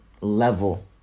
level